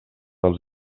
els